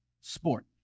sport